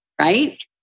right